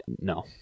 No